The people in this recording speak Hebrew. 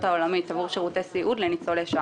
העולמית עבור שירותי סיעוד לניצולי שואה.